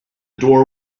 door